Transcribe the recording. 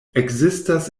ekzistas